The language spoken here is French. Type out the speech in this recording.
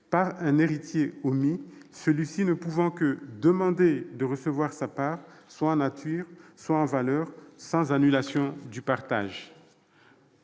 par un héritier omis, celui-ci ne pouvant que demander de « recevoir sa part soit en nature, soit en valeur, sans annulation du partage